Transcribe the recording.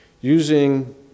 Using